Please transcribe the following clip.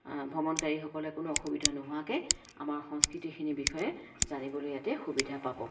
ভ্ৰমণকাৰীসকলে কোনো অসুবিধা নোহোৱাকে আমাৰ সংস্কৃতিখিনিৰ বিষয়ে জানিবলৈ ইয়াতে সুবিধা পাব